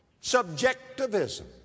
subjectivism